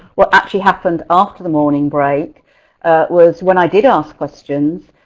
what actually happened after the morning break was when i did ask questions,